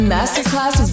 Masterclass